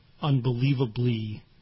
unbelievably